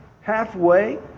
halfway